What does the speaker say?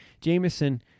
Jameson